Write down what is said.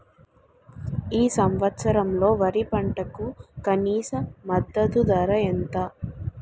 ఈ సంవత్సరంలో వరి పంటకు కనీస మద్దతు ధర ఎంత?